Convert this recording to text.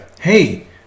hey